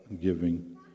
giving